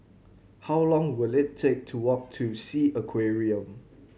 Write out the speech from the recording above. how long will it take to walk to Sea Aquarium